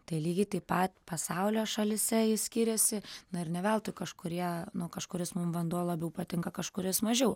tai lygiai taip pat pasaulio šalyse jis skiriasi na ir ne veltui kažkurie nu kažkuris mum vanduo labiau patinka kažkuris mažiau